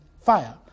fire